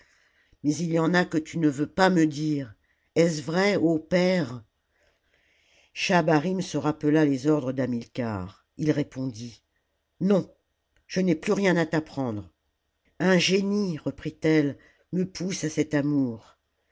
mais il y en a que tu ne veux pas dire est-ce vrai ô père schahabarim se rappela les ordres d'hamilcar il répondit non je n'ai plus rien à l'apprendre un génie reprit-elle me pousse à cet amour